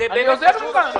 אני גמרתי.